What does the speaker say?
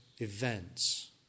events